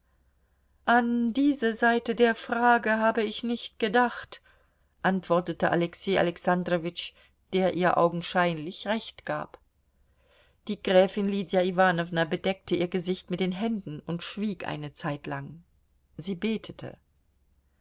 an diese seite der frage habe ich nicht gedacht antwortete alexei alexandrowitsch der ihr augenscheinlich recht gab die gräfin lydia iwanowna bedeckte ihr gesicht mit den händen und schwieg eine zeitlang sie betete